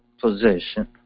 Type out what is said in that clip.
position